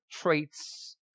traits